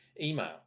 email